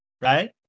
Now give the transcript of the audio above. right